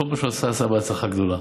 כל מה שהוא עשה הוא עשה בהצלחה גדולה.